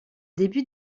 début